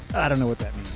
i don't know what that